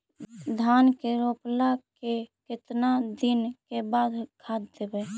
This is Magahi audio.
धान के रोपला के केतना दिन के बाद खाद देबै?